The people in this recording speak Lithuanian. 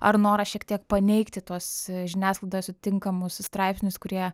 ar noras šiek tiek paneigti tuos žiniasklaidoje sutinkamus straipsnius kurie